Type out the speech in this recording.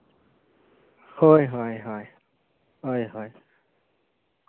ᱦᱳᱭ ᱦᱳᱭ ᱦᱳᱭ ᱦᱳᱭ